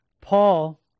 Paul